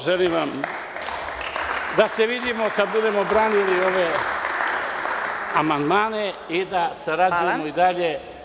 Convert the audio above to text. Želim vam da se vidimo kada budemo branili amandmane i da sarađujemo dalje.